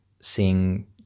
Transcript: seeing